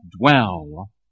dwell